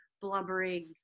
blubbering